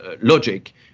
logic